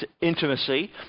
intimacy